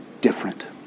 different